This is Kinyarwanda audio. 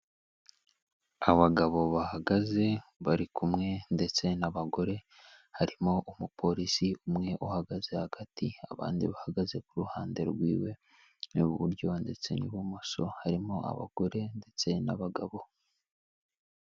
Abagabo bahagaze bari kumwe ndetse n'abagore, harimo umupolisi umwe uhagaze hagati abandi bahagaze ku ruhande rwiwe. Iburyo ndetse n'ibumoso harimo abagore ndetse n'abagabo.